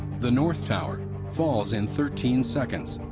the north tower falls in thirteen seconds.